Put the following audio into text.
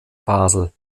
basel